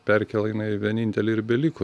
perkėla jinai vienintelė ir beliko